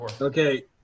Okay